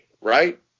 right